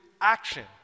action